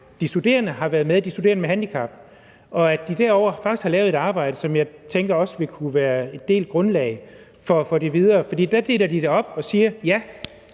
på Syddansk Universitet, hvor de studerende med handicap har været med. Derovre har de faktisk lavet et arbejde, som jeg tænker også vil kunne være en del af grundlaget for at komme videre, for der deler de det op og siger, at